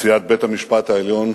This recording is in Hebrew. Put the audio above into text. נשיאת בית-המשפט העליון